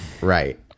Right